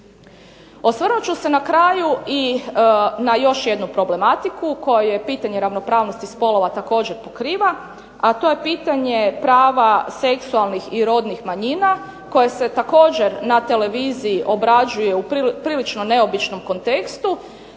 Osvrnut ću se na kraju na još jednu problematiku kojoj je pitanje ravnopravnosti spolova također pokriva, a to je pitanje prava seksualnih i rodnih manjina koji se također na televiziji obrađuje u prilično neobičnom kontekstu